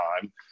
time